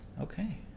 Okay